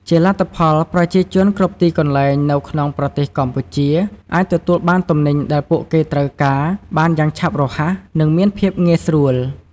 ជាលទ្ធផល ប្រជាជនគ្រប់ទីកន្លែងនៅក្នុងប្រទេសកម្ពុជាអាចទទួលបានទំនិញដែលពួកគេត្រូវការបានយ៉ាងឆាប់រហ័សនិងមានភាពងាយស្រួល។